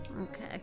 Okay